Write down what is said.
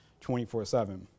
24-7